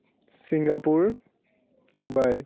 Singapore Dubai